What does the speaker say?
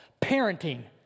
Parenting